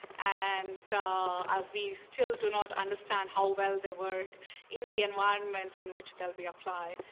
and we still do not understand how well they work in the environments in which they'll be applied.